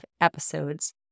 episodes